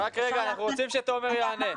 אנחנו רוצים שתומר יענה.